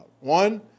one